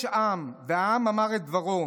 יש עם, והעם אמר את דברו.